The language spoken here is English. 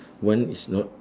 one is not